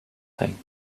thing